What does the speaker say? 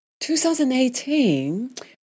2018